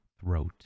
throat